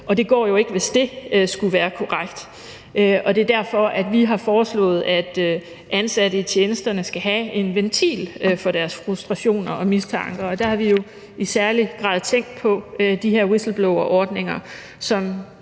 det går jo ikke, hvis det skulle være korrekt. Det er derfor, vi har foreslået, at ansatte i tjenesterne skal have en ventil for deres frustrationer og mistanker, og der har vi jo i særlig grad tænkt på de her whistleblowerordninger,